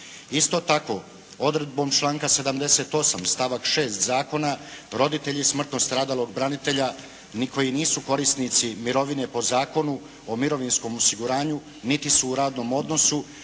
Isto tako, odredbom članka 78. stavak 6. zakona roditelji smrtno stradalog branitelja koji nisu korisnici mirovine po Zakonu o mirovinskom osiguranju, niti su u radnom odnosu